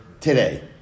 today